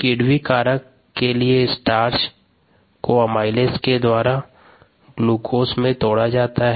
किण्विकारण के लिए स्टार्च को एमाइलेज के द्वारा ग्लूकोज में तोड़ा जाता है